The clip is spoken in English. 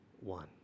one